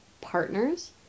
partners